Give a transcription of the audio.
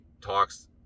talks